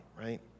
right